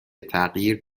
تغییر